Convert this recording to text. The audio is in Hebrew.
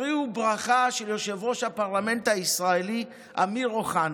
הקריאו ברכה של יושב-ראש הפרלמנט הישראלי אמיר אוחנה.